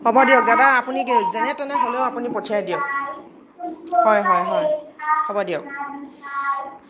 হ'ব দিয়ক দাদা আপুনি যেনে তেনে হ'লেও আপুনি পঠিয়াই দিয়ক হয় হয় হয় হ'ব দিয়ক